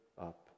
up